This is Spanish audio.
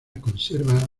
conserva